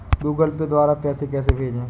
Google pay द्वारा पैसे कैसे भेजें?